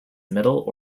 middle